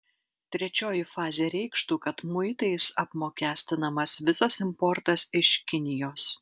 trečioji fazė reikštų kad muitais apmokestinamas visas importas iš kinijos